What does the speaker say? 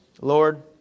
Lord